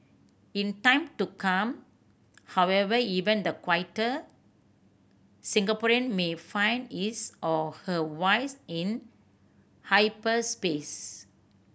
in time to come however even the quieter Singaporean may find his or her vice in hyperspace